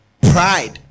pride